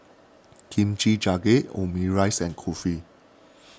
Kimchi Jjigae Omurice and Kulfi